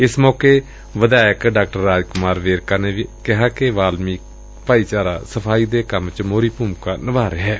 ਇਸ ਮੌਕੇ ਵਿਧਾਇਕ ਡਾ ਰਾਜ ਕੁਮਾਰ ਵੇਰਕਾ ਨੇ ਕਿਹਾ ਕਿ ਵਾਲਮੀਕ ਭਾਈਚਾਰਾ ਸਫਾਈ ਦੇ ਕੰਮ ਵਿਚ ਮੋਹਰੀ ਭੁਮਿਕਾ ਨਿਭਾਉਂਦੈ